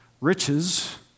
riches